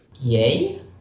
Yay